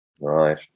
Right